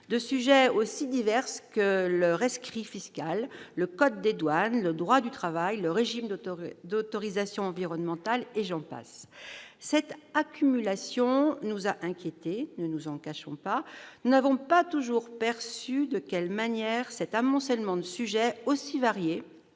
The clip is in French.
de sujets aussi divers que le rescrit fiscal, le code des douanes, le droit du travail, le régime d'autorisations environnementales ... J'en passe. Cette accumulation nous a inquiétés, ne nous en cachons pas. Nous n'avons pas toujours perçu de quelle manière cet amoncellement de sujets aussi variés